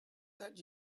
that